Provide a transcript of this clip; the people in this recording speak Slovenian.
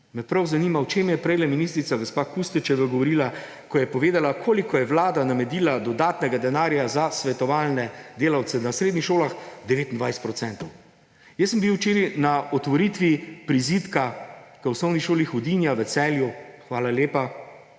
me prav zanima, o čem je prejle ministrica gospa Kustec govorila, ko je povedala, koliko je vlada namenila dodatnega denarja za svetovalne delavce na srednjih šolah – 29 procentov. Včeraj sem bil na otvoritvi prizidka k Osnovni šoli Hudinja v Celju – hvala lepa,